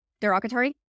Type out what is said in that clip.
derogatory